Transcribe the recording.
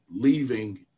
leaving